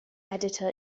editor